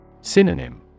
Synonym